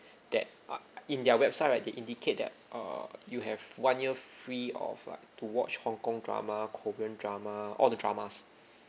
that uh in their website right they indicate that err you have one year free of like to watch hong kong drama korean drama all the dramas